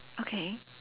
okay